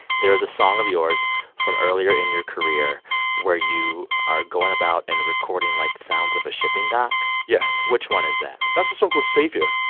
there is a song of yours from earlier in your career where you are going about and recording, like, sounds of a shipping dock yes which one is that? that's a song called saviour.